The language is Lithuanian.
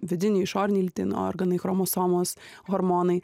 vidiniai išoriniai lytiniai organai chromosomos hormonai